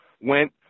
went